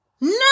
no